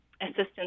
assistance